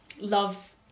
love